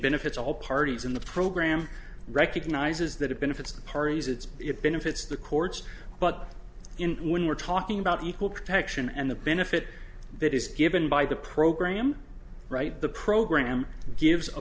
benefits all parties in the program recognizes that have been if it's the parties it's it benefits the courts but in when we're talking about equal protection and the benefit that is given by the program right the program gives a